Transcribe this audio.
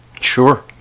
Sure